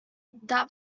that